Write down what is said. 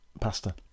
pasta